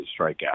strikeout